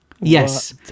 yes